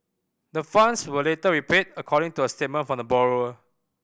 the funds were later repaid according to a statement from the borrower